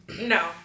No